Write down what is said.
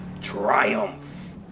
triumph